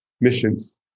missions